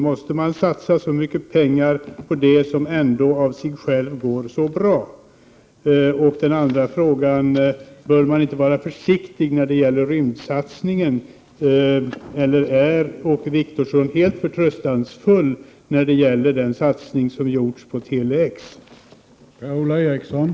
Måste det satsas så mycket pengar på sådant som ändå av sig självt går så bra? Bör man inte vara försiktig när det gäller rymdsatsningen, eller är Åke Wictorsson helt förtröstansfull då det gäller den satsning som gjorts på Tele-X?